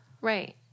Right